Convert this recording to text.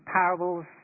parables